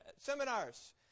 seminars